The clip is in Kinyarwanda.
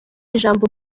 ijambo